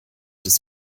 des